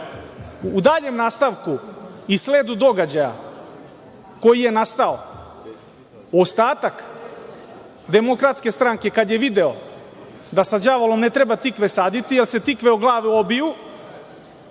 daljem nastavku i sledu događaja, koji je nastao, ostatak Demokratske stranke kada je video da sa đavolom ne treba tikve saditi, jer se tikve o glavu obiju,